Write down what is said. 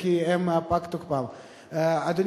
הם לא יכולים לעשות את זה,